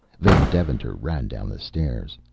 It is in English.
van deventer ran down the stairs.